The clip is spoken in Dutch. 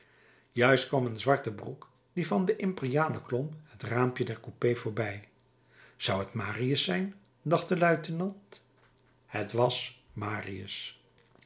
juist kwam een zwarte broek die van de imperiale klom het raampje der coupé voorbij zou t marius zijn dacht de luitenant het was marius